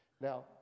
Now